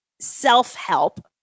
self-help